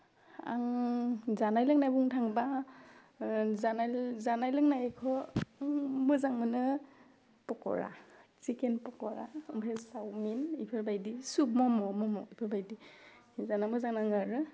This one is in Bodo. आं जानाय लोंनाय बुंनो थाङोबा जानाय जानाय लोंनायखौ मोजां मोनो पक'रा चिकेन पक'रा ओमफ्राय चावमिन बेफोरबायदि सुप मम' मम' बेफोरबायदि जाना मोजां नाङो आरो